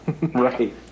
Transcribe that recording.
Right